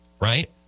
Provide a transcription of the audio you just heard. right